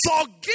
Forgive